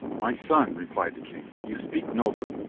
my son, replied the king, you speak nobly,